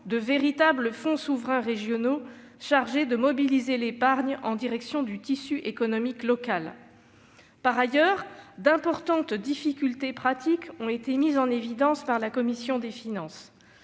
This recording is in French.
de véritables fonds souverains régionaux chargés de mobiliser l'épargne en direction du tissu économique local. Par ailleurs, d'importantes difficultés pratiques ont été mises en évidence par la commission des finances.